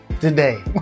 today